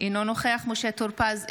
אינו נוכח משה טור פז,